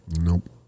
Nope